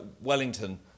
Wellington